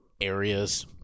areas